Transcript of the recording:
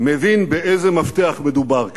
מבין באיזה מפתח מדובר כאן,